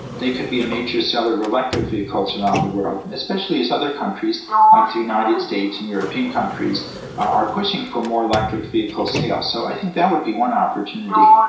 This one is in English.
they could be a major seller of electric vehicles vehicles around the world, especially as other countries like the united states and european countries are pushing for more electric vehicle sales. so i think that would be one opportunity.